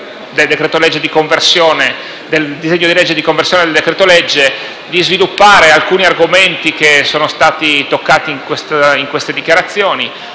in sede di discussione del disegno di legge di conversione del decreto-legge, di sviluppare alcuni argomenti che sono stati toccati in queste dichiarazioni: